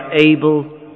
able